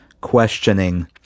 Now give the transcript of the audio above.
questioning